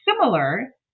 similar